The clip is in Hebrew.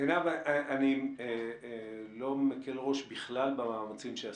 עינב, אני לא מקל ראש בכלל למאמצים שעשיתם.